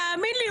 תאמין לי,